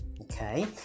okay